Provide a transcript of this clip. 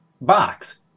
box